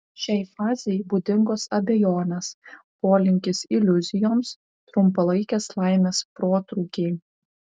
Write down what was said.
šiai fazei būdingos abejonės polinkis iliuzijoms trumpalaikės laimės protrūkiai